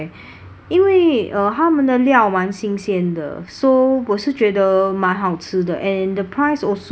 因为 uh 他们的料蛮新鲜的 so 我是觉得蛮好吃的 and the price also